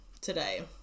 today